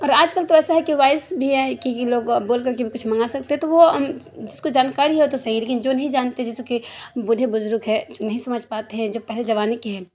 اور آج کل تو ایسا ہے کہ وائس بھی ہے کیونکہ لوگ بول کر کے بھی کچھ منگا سکتے ہیں تو وہ جس کو جانکاری ہو تو صحیح لیکن جو نہیں جانتے جیسے کہ بوڑھے بزرگ ہے نہیں سمجھ پاتے ہیں جو پہلے زمانے کے ہیں